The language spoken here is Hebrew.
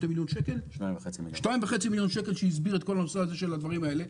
2.5 מיליון שקל שהסביר את כל הדברים האלה.